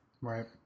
Right